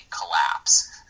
collapse